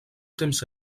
temps